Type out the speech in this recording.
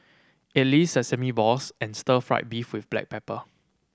idly sesame balls and stir fried beef with black pepper